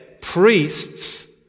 priests